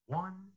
one